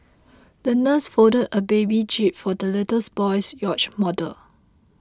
the nurse folded a paper jib for the little boy's yacht model